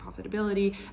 profitability